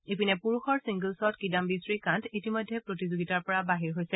ইপিনে পুৰুষৰ ছিংগ'ল্ছত কিদাম্বি শ্ৰীকান্থ ইতিমধ্যে প্ৰতিযোগিতাৰ পৰা বাহিৰ হৈছে